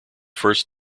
first